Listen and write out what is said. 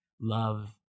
love